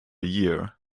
year